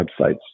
websites